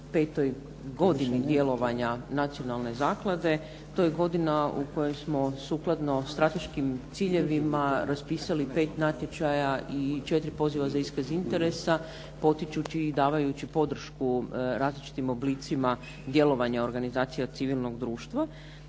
petoj godini djelovanja Nacionalne zaklade. To je godina u kojoj smo sukladno strateškim ciljevima raspisali pet natječaja i četiri poziva za iskaz interesa potičući i davajući podršku različitim oblicima djelovanja organizacija civilnog društva.